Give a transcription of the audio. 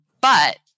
But-